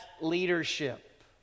leadership